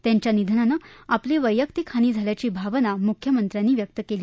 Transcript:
त्यांच्या निधनानं आपली वैयक्तिक हानी झाल्याची भावना मुख्यमंत्र्यांनी व्यक्त केली